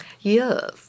Yes